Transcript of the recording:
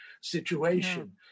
situation